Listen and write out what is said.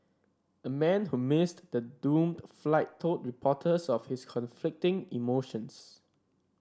a man who missed the doomed flight told reporters of his conflicting emotions